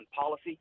policy